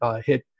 hit